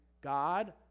God